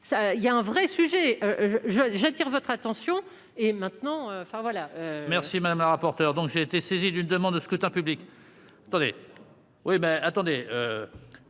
C'est un vrai sujet, j'attire votre attention